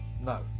No